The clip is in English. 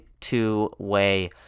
two-way